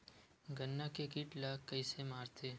गन्ना के कीट ला कइसे मारथे?